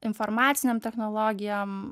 informacinėm technologijom